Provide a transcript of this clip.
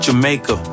Jamaica